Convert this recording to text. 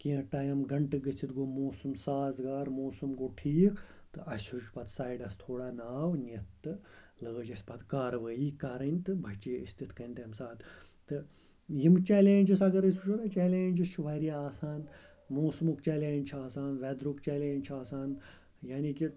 کینٛہہ ٹایِم گَنٛٹہٕ گٔژھِتھ گوٚو موسم سازگار موسم گوٚو ٹھیٖک تہٕ اسہِ ہیٚچ پتہٕ سایِڈَس تھوڑا ناو نِتھ تہٕ لٲجۍ اسہِ پتہٕ کارٕوٲیی کَرٕنۍ تہٕ بَچیے أسۍ تِتھ کٔنۍ تَمہِ ساتہ تہٕ یِم چیلینٛجِس اگر أسۍ وٕچھو نَہ چیلینٛجِس چھ واریاہ آسان موسمُک چیلینٛج چھُ آسان ویدرُک چیلینٛج چھُ آسان یعنی کہِ